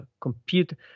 computer